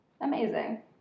amazing